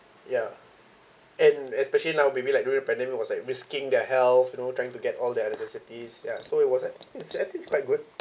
ya and especially now maybe like during pandemic was like risking their health you know trying to get all their necessities ya so it was I think I think it's quite good